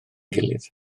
gilydd